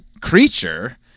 creature